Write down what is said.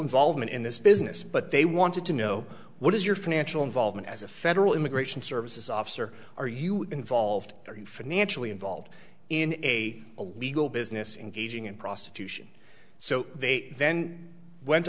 involvement in this business but they wanted to know what is your financial involvement as a federal immigration services officer are you involved financially involved in a illegal business engaging in prostitution so they then went